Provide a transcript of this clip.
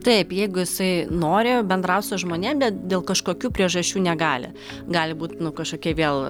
taip jeigu jisai nori bendraut su žmonėm bet dėl kažkokių priežasčių negali gali būt nu kažkokie vėl